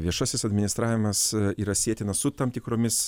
viešasis administravimas yra sietinas su tam tikromis